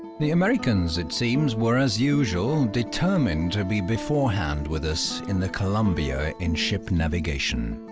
the americans, it seems, were as usual determined to be beforehand with us in the columbia in ship navigation.